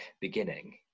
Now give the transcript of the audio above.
beginning